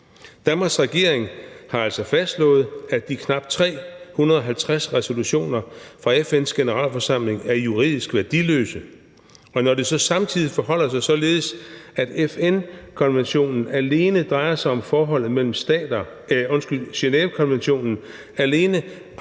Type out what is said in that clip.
Danmarks regering har altså fastslået, at de knap 350 resolutioner fra FN's Generalforsamling er juridisk værdiløse, og når det så samtidig forholder sig således, at Genèvekonventionen alene drejer sig om forholdet mellem stater, må man altså konkludere, at Genèvekonventionen